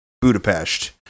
Budapest